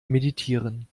meditieren